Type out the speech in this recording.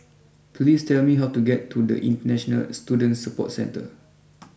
please tell me how to get to International Student Support Centre